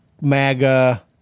MAGA